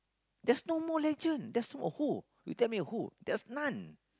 there's no more legend there's no you tell me who there's none